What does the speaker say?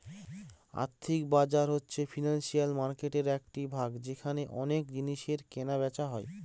আর্থিক বাজার হচ্ছে ফিনান্সিয়াল মার্কেটের একটি ভাগ যেখানে অনেক জিনিসের কেনা বেচা হয়